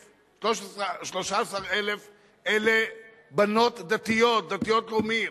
13,000 הן בנות דתיות, דתיות-לאומיות.